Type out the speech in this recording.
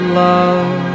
love